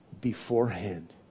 beforehand